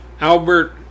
Albert